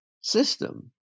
system